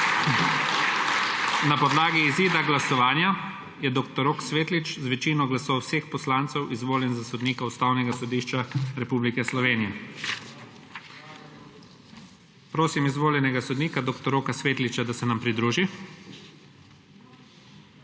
Na podlagi izida glasovanja je dr. Rok Svetlič z večino glasov vseh poslancev izvoljen za sodnika Ustavnega sodišča Republike Slovenije. Prosim izvoljenega sodnika dr. Roka Svetliča, da se nam pridruži.